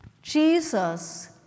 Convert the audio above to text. Jesus